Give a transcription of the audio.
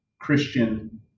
Christian